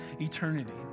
eternity